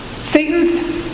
Satan's